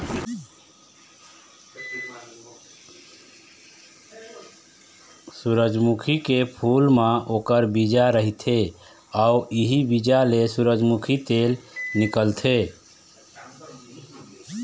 सूरजमुखी के फूल म ओखर बीजा रहिथे अउ इहीं बीजा ले सूरजमूखी तेल निकलथे